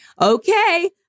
Okay